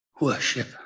worship